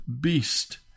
beast